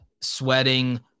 sweating